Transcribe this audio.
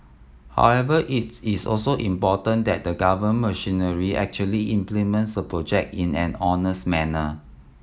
however it's is also important that the government machinery actually implements the project in an honest manner